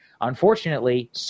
unfortunately